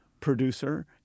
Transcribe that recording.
producer